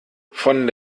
von